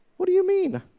what do you mean!